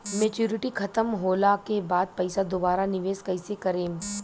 Maturity खतम होला के बाद पईसा दोबारा निवेश कइसे करेम?